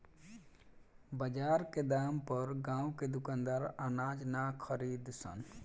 बजार के दाम पर गांव के दुकानदार अनाज ना खरीद सन